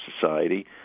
society